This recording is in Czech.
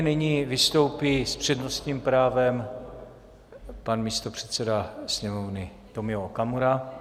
Nyní vystoupí s přednostním právem pan místopředseda Sněmovny Tomio Okamura.